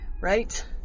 Right